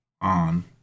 on